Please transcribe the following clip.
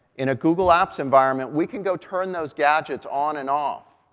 in a google apps environment, we can go turn those gadgets on and off.